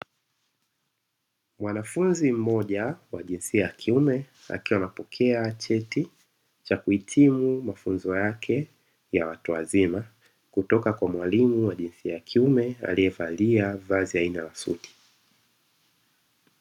Mwanfunzi mmoja wa jinsia ya kiume akiwa anapokea cheti cha kuhitimu mafunzo yake ya watu wazima, kutoka kwa mwalimu wa jinsia ya kiume aliyevalia vazi aina ya suti.